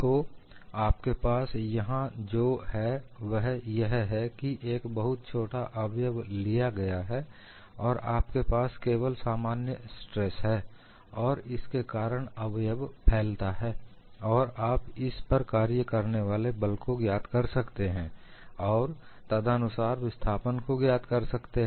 तो आपके पास यहां जो है वह यह है कि एक बहुत छोटा अवयव लिया गया है और आपके पास केवल सामान्य स्ट्रेस है और इसके कारण अवयव फैलता है और आप इस पर कार्य करने वाले बल को ज्ञात कर सकते हैं और तदनुसार विस्थापन को ज्ञात कर सकते हैं